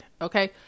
okay